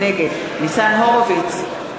נגד ניצן הורוביץ,